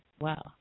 wow